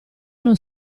non